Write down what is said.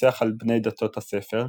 פוסח על בני "דתות הספר",